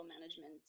management